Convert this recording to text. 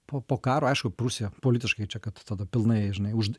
po po karo aišku prūsija politiškai čia kad tada pilnai žinai už